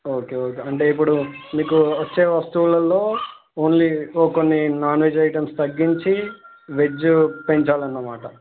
okay okay అంటే ఇప్పుడు మీకు వచ్చే వస్తువుల్లో ఓన్లీ ఓ కొన్ని నాన్వెెజ్ ఐటమ్స్ తగ్గించి వెజ్ పెంచాలన్నమాట